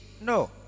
no